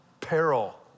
peril